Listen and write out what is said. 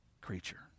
creature